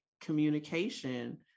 communication